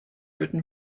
written